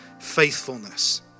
faithfulness